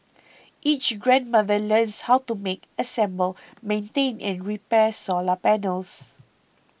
each grandmother learns how to make assemble maintain and repair solar panels